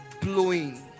blowing